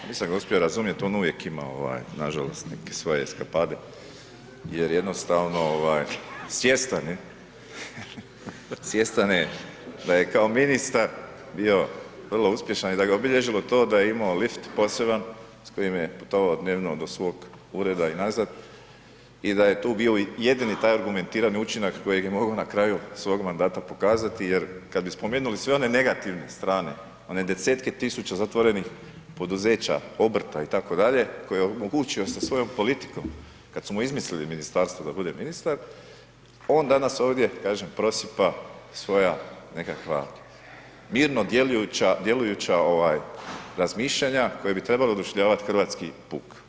Pa nisam ga uspio razumit, on uvijek ima ovaj nažalost neke svoje eskapade jer jednostavno ovaj svjestan je, svjestan je da je kao ministar bio vrlo uspješan i da ga obilježilo to da je imao lift poseban s kojim je putovao dnevno do svog ureda i nazad i da je tu bio jedini taj argumentirani učinak kojeg je mogo na kraju svog mandata pokazati jer kad bi spomenuli sve one negativne strane, one desetke tisuća zatvorenih poduzeća, obrta itd., koje je omogućio sa svojom politikom, kad su mu izmislili ministarstvo da bude ministar, on danas ovdje kažem prosipa svoja nekakva mirno djelujuća, djelujuća ovaj razmišljanja koja bi trebala oduševljavat hrvatski puk.